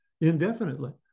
indefinitely